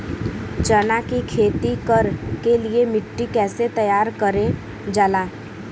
चना की खेती कर के लिए मिट्टी कैसे तैयार करें जाला?